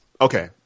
Okay